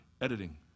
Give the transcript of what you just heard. editing